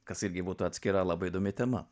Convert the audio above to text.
kas irgi būtų atskira labai įdomi tema